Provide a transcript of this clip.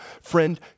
Friend